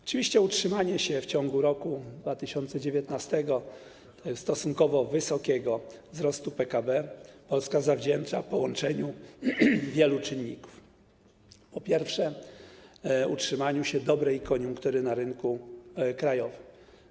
Oczywiście utrzymanie się w ciągu roku 2019 stosunkowo wysokiego wzrostu PKB Polska zawdzięcza połączeniu wielu czynników, przede wszystkim utrzymaniu się dobrej koniunktury na rynku krajowym.